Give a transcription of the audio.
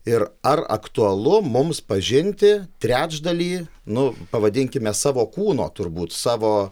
ir ar aktualu mums pažinti trečdalį nu pavadinkime savo kūno turbūt savo